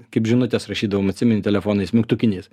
kaip žinutes rašydavom atsimeni telefonais mygtukiniais